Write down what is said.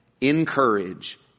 encourage